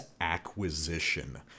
acquisition